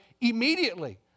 immediately